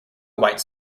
white